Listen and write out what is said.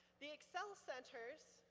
the excel centers,